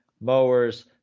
mowers